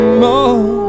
more